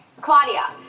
Claudia